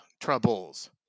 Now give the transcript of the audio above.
Troubles